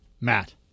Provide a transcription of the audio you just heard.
Matt